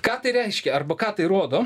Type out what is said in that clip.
ką tai reiškia arba ką tai rodo